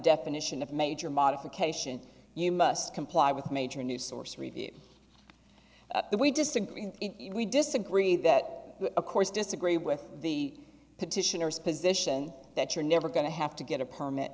definition of major modification you must comply with major new source review we disagree we disagree that of course disagree with the petitioners position that you're never going to have to get a permit